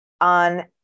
on